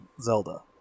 Zelda